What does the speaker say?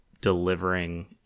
delivering